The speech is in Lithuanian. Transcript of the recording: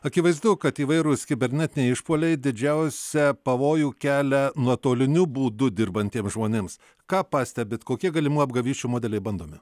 akivaizdu kad įvairūs kibernetiniai išpuoliai didžiausią pavojų kelia nuotoliniu būdu dirbantiems žmonėms ką pastebit kokie galimų apgavysčių modeliai bandomi